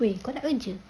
!oi! kau nak kerja